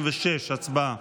35. הצבעה.